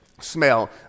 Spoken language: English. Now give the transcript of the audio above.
smell